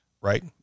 Right